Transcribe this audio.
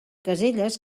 caselles